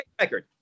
record